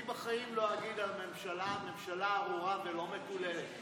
אני בחיים לא אגיד על ממשלה "ממשלה ארורה" ולא "מקוללת".